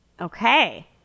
Okay